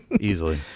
easily